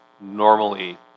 normally